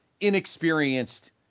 inexperienced